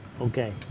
Okay